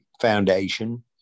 Foundation